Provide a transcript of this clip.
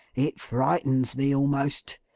it frightens me almost.